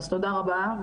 אז תודה רבה,